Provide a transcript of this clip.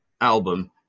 album